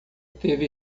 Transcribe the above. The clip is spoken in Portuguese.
teve